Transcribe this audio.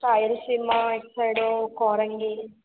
రాయలసీమ ఇటు సైడ్ కోరంగి